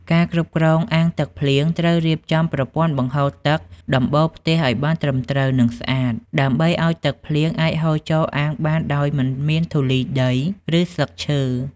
ការគ្រប់គ្រងអាងទឹកភ្លៀងត្រូវរៀបចំប្រព័ន្ធបង្ហូរទឹកដំបូលផ្ទះឲ្យបានត្រឹមត្រូវ និងស្អាត ដើម្បីឲ្យទឹកភ្លៀងអាចហូរចូលអាងបានដោយមិនមានធូលីដី ឬស្លឹកឈើ។